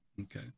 Okay